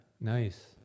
nice